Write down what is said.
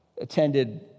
Attended